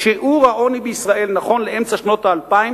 שיעור העוני בישראל נכון לאמצע שנות האלפיים